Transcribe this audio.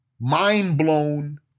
mind-blown